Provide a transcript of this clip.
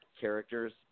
characters